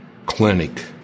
Clinic